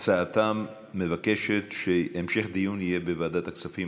הצעתם מבקשת שהמשך דיון יהיה בוועדת הכספים.